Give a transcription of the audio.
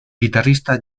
guitarrista